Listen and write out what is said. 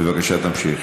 בבקשה, תמשיך.